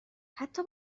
حتی